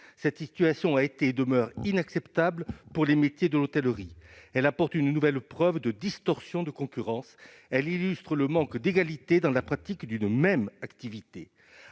Cette situation a été et demeure inacceptable pour les métiers de l'hôtellerie : elle apporte une nouvelle preuve de distorsion de concurrence- soit l'absence d'égalité dans la pratique d'une même activité.